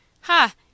Ha